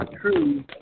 true